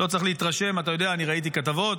לא צריך להתרשם, אתה יודע, ראיתי כתבות,